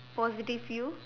positive view